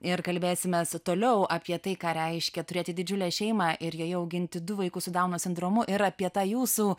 ir kalbėsimės toliau apie tai ką reiškia turėti didžiulę šeimą ir joje auginti du vaikus su dauno sindromu ir apie tą jūsų